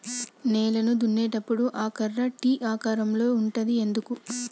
నేలను దున్నేటప్పుడు ఆ కర్ర టీ ఆకారం లో ఉంటది ఎందుకు?